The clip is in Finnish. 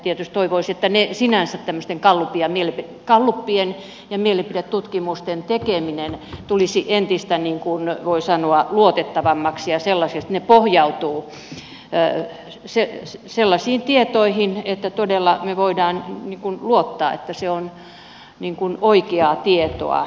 tietysti toivoisi että sinänsä tämmöisten gallupien ja mielipidetutkimusten tekeminen tulisi entistä voi sanoa luotettavammaksi ja sellaiseksi että ne pohjautuvat sellaisiin tietoihin että todella me voimme luottaa että se on oikeaa tietoa